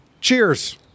Cheers